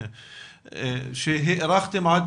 שהערכתם עד